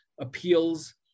appeals